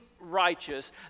Righteous